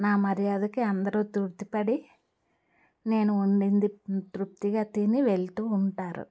నా మర్యాదకి అందరూ తృప్తిపడి నేను వండింది తృప్తిగా తిని వెళ్తూ ఉంటారు